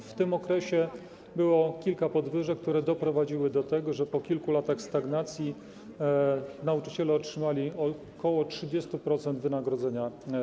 W tym okresie było kilka podwyżek, które doprowadziły do tego, że po kilku latach stagnacji nauczyciele otrzymali o ok. 30% większe wynagrodzenia.